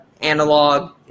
analog